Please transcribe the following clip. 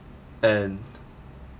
and